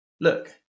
Look